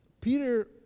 Peter